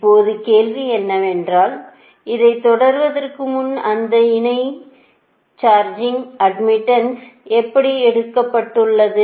இப்போது கேள்வி என்னவென்றால் அதைத் தொடர்வதற்கு முன் அந்த இணைப்பு சார்ஜிங் அட்மிட்டன்ஸை எப்படி எடுத்துக்கொள்வது